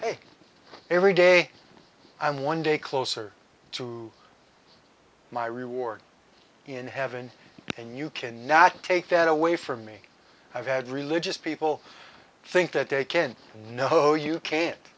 ok every day i'm one day closer to my reward in heaven and you can not take that away from me i've had religious people think that they can no you can't